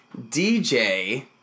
DJ